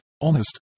honest